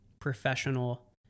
professional